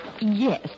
Yes